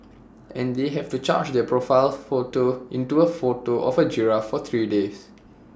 and they have to change their profile photo into A photo of A giraffe for three days